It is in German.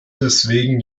deswegen